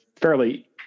fairly